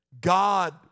God